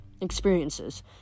experiences